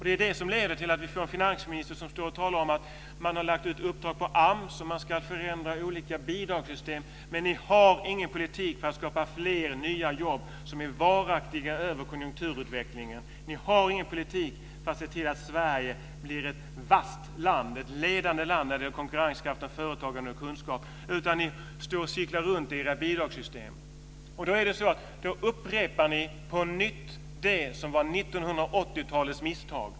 Det är det som leder till att vi får en finansminister som står och talar om att man har lagt ut uppdrag till AMS och att man ska förändra olika bidragssystem. Men ni har ingen politik för att skapa fler nya jobb som är varaktiga över konjunkturutvecklingen. Ni har ingen politik för att se till att Sverige blir ett vasst land, ett ledande land, när det gäller konkurrenskraft, företagande och kunskap. Ni cyklar runt i era bidragssystem. Då upprepar ni på nytt det som var 1980-talets misstag.